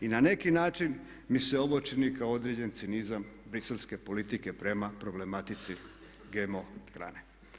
I na neki način mi se ovo čini kao određeni cinizam briselske politike prema problematici GMO hrane.